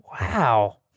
Wow